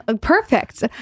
Perfect